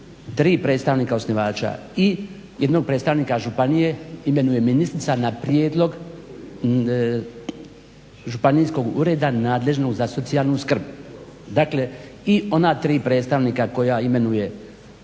3 predstavnika osnivača i 1 predstavnika županije imenuje ministrica na prijedlog županijskog ureda nadležnog za socijalnu skrb. Dakle, i ona 3 predstavnika koja imenuje